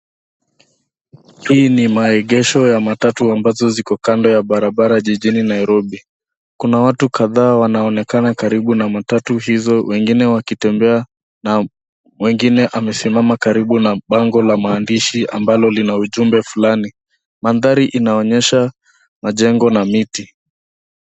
Hii ni maegesho ya matatu ambazo ziko kando ya barabara jijini Nairobi. Kuna watu kadhaa wanaonekana karibu na matatu hizo, wengine wakitembea na mwingine amesimama karibu na bango la maandishi ambalo lina ujumbe fulani. Mandhari inaonyesha majengo na miti.